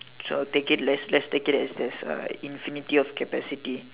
so take it let's let's take it as this uh infinity of capacity